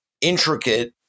intricate